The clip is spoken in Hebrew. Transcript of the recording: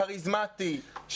כריזמטי,